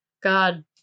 God